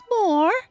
more